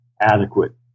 adequate